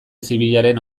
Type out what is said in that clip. zibilaren